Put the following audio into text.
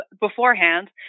beforehand